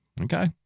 Okay